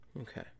Okay